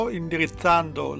indirizzando